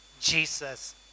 Jesus